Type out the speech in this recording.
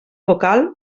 vocal